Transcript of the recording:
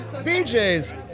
BJ's